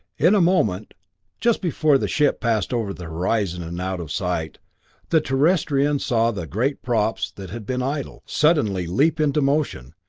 in a moment just before the ship passed over the horizon and out of sight the terrestrians saw the great props that had been idle, suddenly leap into motion,